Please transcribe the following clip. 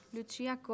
Lucia